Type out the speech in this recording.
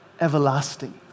everlasting